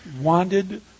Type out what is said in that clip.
wanted